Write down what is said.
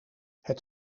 het